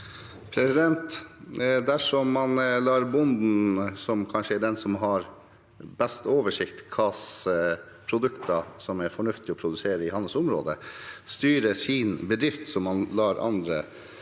Dersom man lar bonden, som kanskje er den som har best oversikt over hvilke produkter det er fornuftig å produsere i sitt område, styre sin bedrift som man lar andre